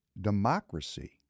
democracy